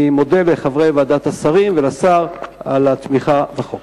אני מודה לחברי ועדת השרים ולשר על התמיכה בחוק.